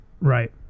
right